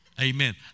Amen